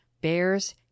bears